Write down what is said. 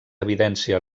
evidència